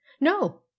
No